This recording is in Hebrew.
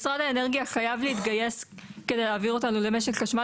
משרד האנרגיה חייב להתגייס כדי להעביר אותנו למשק חשמל